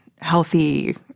healthy –